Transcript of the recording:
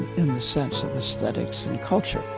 in the sense of aesthetics and culture,